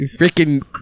freaking